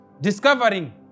discovering